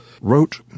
wrote